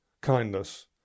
kindness